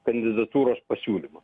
kandidatūros pasiūlymą